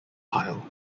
pile